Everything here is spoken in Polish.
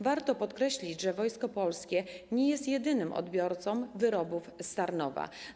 Warto podkreślić, że Wojsko Polskie nie jest jedynym odbiorcą wyrobów z Tarnowa.